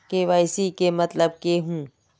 KYC के मतलब केहू?